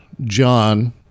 John